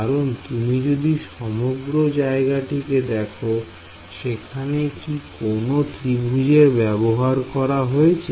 কারণ তুমি যদি সমগ্র জায়গাটিকে দেখো সেখানে কি কোন ত্রিভুজের ব্যবহার করা হয়েছে